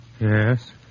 Yes